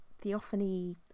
theophany